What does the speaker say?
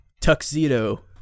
tuxedo